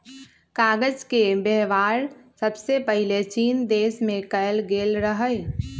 कागज के वेबहार सबसे पहिले चीन देश में कएल गेल रहइ